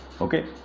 okay